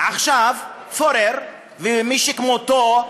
עכשיו פורר ומי שכמותו,